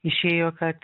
išėjo kad